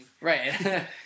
Right